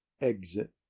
Exit